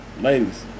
Ladies